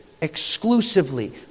exclusively